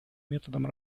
методам